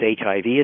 HIV